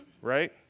right